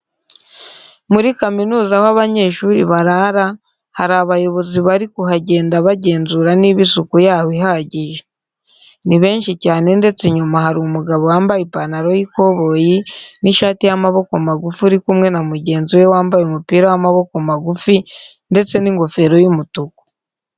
Muri kaminuza aho abanyeshuri barara, hari abayobozi bari kuhagenda bagenzura niba isuku yaho ihagije. Ni benshi cyane ndetse inyuma hari umugabo wambaye ipantaro y'ikoboyi n'ishati y'amaboko magufi uri kumwe na mugenzi we wambaye umupira w'amaboko magufi ndetse n'ingofero y'umutuku.